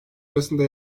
arasında